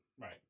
right